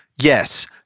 Yes